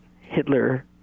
Hitler